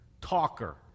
Talker